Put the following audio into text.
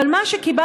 אבל מה שקיבלתי,